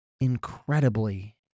incredibly